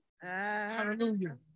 Hallelujah